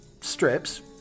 strips